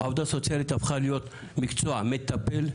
עבודה סוציאלית הפכה להיות מקצוע מטפל,